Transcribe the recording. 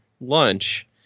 lunch